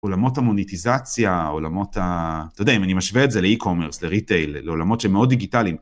עולמות המוניטיזציה, עולמות ה... אתה יודע, אם אני משווה את זה לאי-קומרס, לריטייל, לעולמות שהן מאוד דיגיטליים.